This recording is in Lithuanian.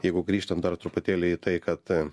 jeigu grįžtant dar truputėlį į tai kad